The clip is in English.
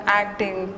acting